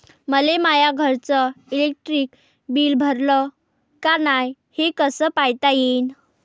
मले माया घरचं इलेक्ट्रिक बिल भरलं का नाय, हे कस पायता येईन?